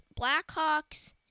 Blackhawks